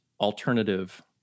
alternative